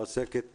עוסקת בילד,